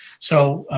so